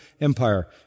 Empire